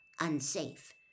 Unsafe